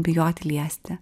bijoti liesti